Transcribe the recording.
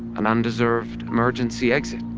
an undeserved emergency exit,